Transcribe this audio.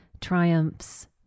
triumphs